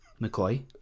McCoy